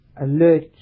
alert